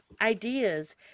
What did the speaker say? ideas